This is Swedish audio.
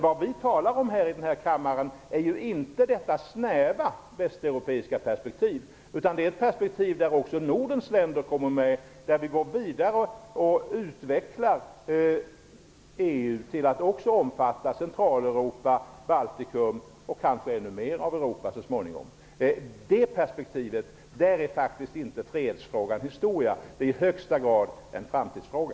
Vad vi talar om här i denna kammare är inte det snäva västeuropeiska perspektivet, utan det är ett perspektiv där också Nordens länder kommer med, och där vi går vidare och utvecklar EU till att också omfatta Centraleuropa, Baltikum och kanske ännu mer av Europa så småningom. I det perspektivet är faktiskt inte fredsfrågan historia. Den är i högsta grad en framtidsfråga.